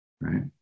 right